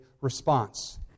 response